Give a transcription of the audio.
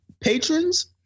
patrons